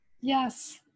yes